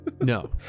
No